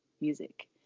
music